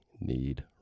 need